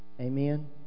Amen